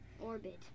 Orbit